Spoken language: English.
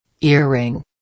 Earring